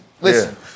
listen